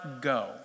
go